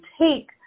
take